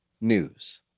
news